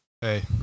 Hey